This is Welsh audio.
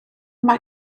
mae